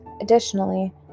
Additionally